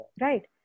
Right